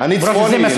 אני צפוני,